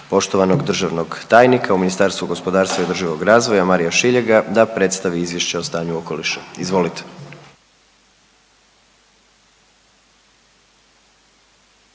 poštovanog državnog tajnika u Ministarstvu gospodarstva i održivog razvoja Marija Šiljega da predstavi Izvješće o stanju okoliša. Izvolite.